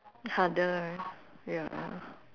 harder ya